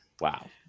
Wow